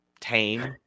tame